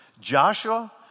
Joshua